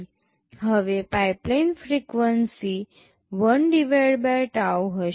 હવે pipeline frequency 1 tau હશે